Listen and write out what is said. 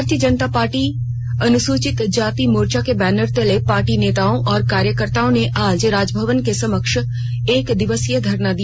भारतीय जनता पार्टी अनुसूचित जाति मोर्चा के बैनर तले पार्टी नेताओं और कार्यकर्त्ताओं ने आज राजभवन के समक्ष एकदिवसीय धरना दिया